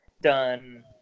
done